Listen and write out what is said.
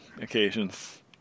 occasions